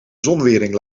zonwering